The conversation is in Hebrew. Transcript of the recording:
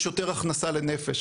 יש יותר הכנסה לנפש,